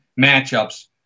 matchups